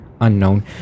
unknown